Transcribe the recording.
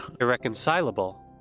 irreconcilable